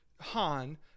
Han